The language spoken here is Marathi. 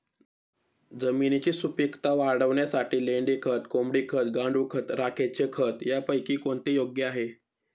जमिनीची सुपिकता वाढवण्यासाठी लेंडी खत, कोंबडी खत, गांडूळ खत, राखेचे खत यापैकी कोणते योग्य आहे?